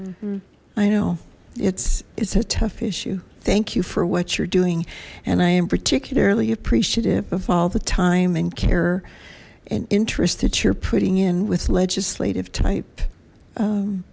i know it's it's a tough issue thank you for what you're doing and i am particularly appreciative of all the time and care and interest that you're putting in with legislative type